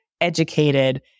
educated